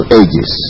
ages